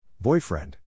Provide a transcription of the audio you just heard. Boyfriend